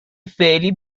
فعلی